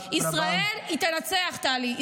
ישראל תנצח, טלי.